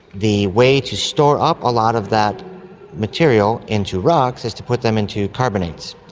the way to store up a lot of that material into rocks is to put them into carbonates,